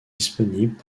disponibles